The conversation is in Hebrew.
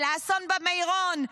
האסון במירון,